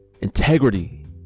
integrity